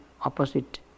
opposite